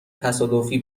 تصادفی